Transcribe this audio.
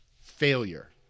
failure